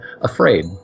afraid